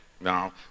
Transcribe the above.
No